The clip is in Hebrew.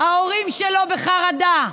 ההורים שלו בחרדה,